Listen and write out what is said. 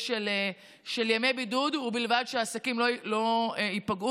של ימי בידוד ובלבד שהעסקים לא ייפגעו,